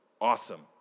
Awesome